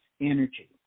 energy